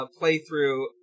playthrough